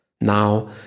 Now